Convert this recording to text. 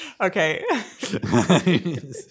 Okay